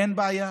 אין בעיה,